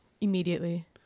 Immediately